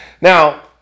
Now